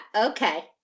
Okay